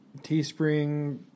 Teespring